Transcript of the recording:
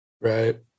Right